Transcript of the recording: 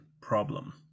problem